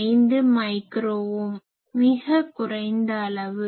5 micro ohm மிக குறைந்த அளவு